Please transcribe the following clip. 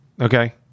Okay